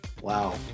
Wow